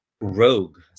rogue